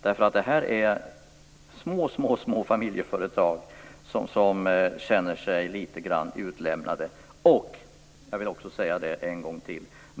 Detta är små familjeföretag som känner sig litet grand utlämnade. Jag vill säga en sak en gång till.